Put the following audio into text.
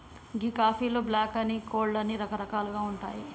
గీ కాఫీలో బ్లాక్ అని, కోల్డ్ అని రకరకాలుగా ఉంటాయి